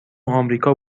آمریکا